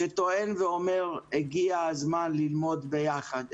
שטוען ואומר הגיע הזמן ללמוד ביחד.